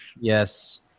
Yes